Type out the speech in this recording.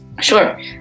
Sure